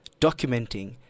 documenting